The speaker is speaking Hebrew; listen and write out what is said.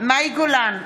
מאי גולן,